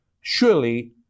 Surely